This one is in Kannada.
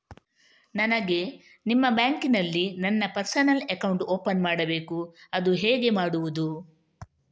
ನನಗೆ ನಿಮ್ಮ ಬ್ಯಾಂಕಿನಲ್ಲಿ ನನ್ನ ಪರ್ಸನಲ್ ಅಕೌಂಟ್ ಓಪನ್ ಮಾಡಬೇಕು ಅದು ಹೇಗೆ ಮಾಡುವುದು?